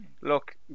Look